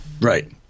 Right